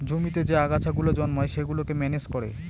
জমিতে যে আগাছা গুলো জন্মায় সেগুলোকে ম্যানেজ করে